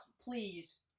Please